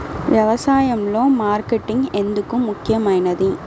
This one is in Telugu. వ్యసాయంలో మార్కెటింగ్ ఎందుకు ముఖ్యమైనది?